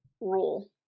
rule